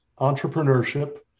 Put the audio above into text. entrepreneurship